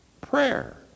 prayer